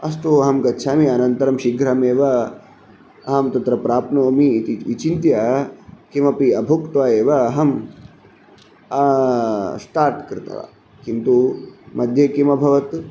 अस्तु अहं गच्छामि अनन्तरं शीघ्रमेव अहं तत्र प्राप्नोमि इति विचिन्त्य किमपि अभुक्त्वा एव अहं स्टार्ट् कृतवान् किन्तु मद्ये किम् अभवत्